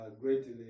greatly